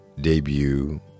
debut